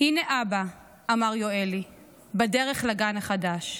"הינה אבא / אמר יואלי / בדרך לגן החדש.